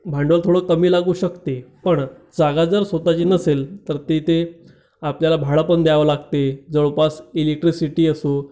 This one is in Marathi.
भांडवल थोडं कमी लागू शकते पण जागा जर स्वतःची नसेल तर तिथे आपल्याला भाडं पण द्यावं लागते जवळपास इलेक्ट्रिसिटी असो